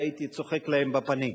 הייתי צוחק לו בפנים.